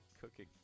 cooking